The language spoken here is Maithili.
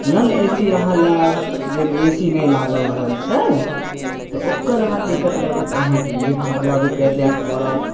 नन ए सी अहाँ लेब जाहिमे ए सी नहि लागल रहय छै तऽ ओकर अहाँ टिकट लेबै तऽ अहाँके एक हजार रुपैआ दै के पड़त